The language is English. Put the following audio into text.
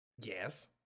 yes